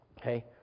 Okay